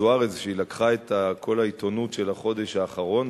זוארץ היא שהיא לקחה את כל העיתונות של החודש האחרון,